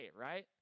right